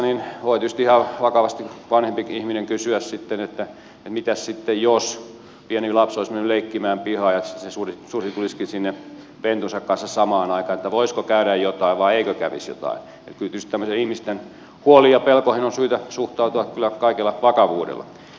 voi tietysti ihan vakavasti vanhempikin ihminen kysyä sitten että mitäs sitten jos pieni lapsi olisi mennyt leikkimään pihaan ja sitten se susi tulisikin sinne pentunsa kanssa samaan aikaan voisiko käydä jotain vai eikö kävisi jotain niin että kyllä tietysti tämmöisiin ihmisten huoliin ja pelkoihin on syytä suhtautua kaikella vakavuudella